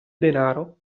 denaro